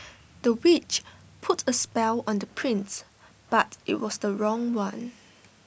the witch put A spell on the prince but IT was the wrong one